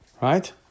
Right